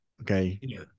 Okay